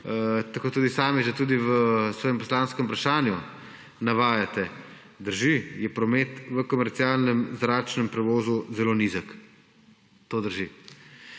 Tako tudi sami že tudi v svojem poslanskem vprašanju navajate. Drži, promet v komercialnem zračnem prevozu je zelo nizek. To drži.